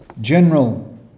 General